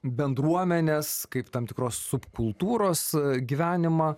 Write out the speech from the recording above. bendruomenės kaip tam tikros subkultūros gyvenimą